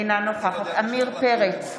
אינה נוכחת עמיר פרץ,